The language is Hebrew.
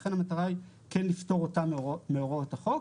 לכן המטרה היא כן לפטור אותם מהוראות החוק.